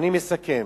אני מסכם: